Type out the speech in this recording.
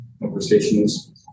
conversations